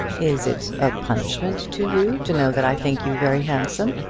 is it a punishment to you to know that i think you very handsome?